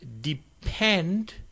depend